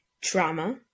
trauma